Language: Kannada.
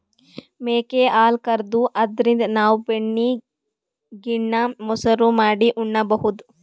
ಮೇಕೆ ಹಾಲ್ ಕರ್ದು ಅದ್ರಿನ್ದ್ ನಾವ್ ಬೆಣ್ಣಿ ಗಿಣ್ಣಾ, ಮಸರು ಮಾಡಿ ಉಣಬಹುದ್